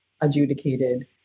adjudicated